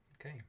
Okay